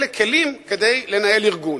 אלה כלים כדי לנהל ארגון.